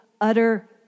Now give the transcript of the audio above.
utter